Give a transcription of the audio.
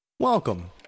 Welcome